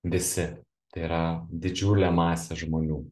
visi tai yra didžiulė masė žmonių